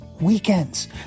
weekends